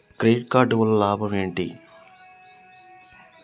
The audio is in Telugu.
క్రెడిట్ కార్డు వల్ల లాభం ఏంటి?